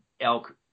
elk